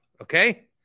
okay